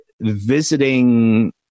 visiting